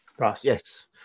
yes